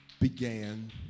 began